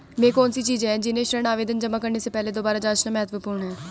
वे कौन सी चीजें हैं जिन्हें ऋण आवेदन जमा करने से पहले दोबारा जांचना महत्वपूर्ण है?